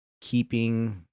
keeping